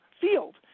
field